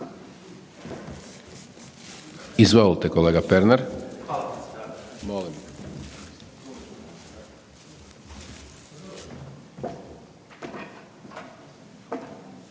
Izvolite kolega Pernar.